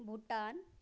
Bhutan